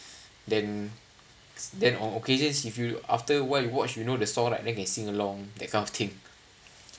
then then on on occasions if you after awhile you watch you know the song like then can sing along that kind of thing